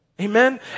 Amen